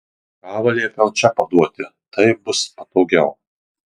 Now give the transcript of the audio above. kavą liepiau čia paduoti taip bus patogiau